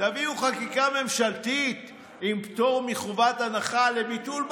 תביאו חקיקה ממשלתית עם פטור מחובת הנחה לביטול בג"ץ.